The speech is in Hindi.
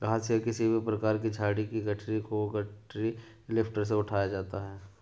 घास या किसी भी प्रकार की झाड़ी की गठरी को गठरी लिफ्टर से उठाया जाता है